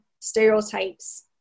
stereotypes